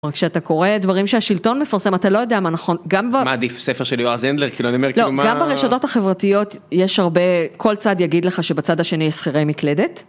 רק שאתה קורא דברים שהשלטון מפרסם, אתה לא יודע מה נכון, גם ב... מה עדיף? ספר של יואר זנדלר, כאילו אני אומר, כאילו מה... לא, גם ברשתות החברתיות יש הרבה... כל צד יגיד לך שבצד השני יש שכירי מקלדת.